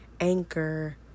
anchor